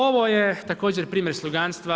Ovo je također primjer sluganstva.